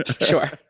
Sure